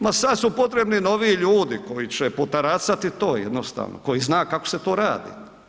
Ma sad su potrebni novi ljudi koji će potaracati to, jednostavno, koji zna kako se to radi.